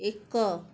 ଏକ